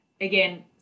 Again